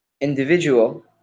individual